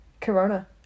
Corona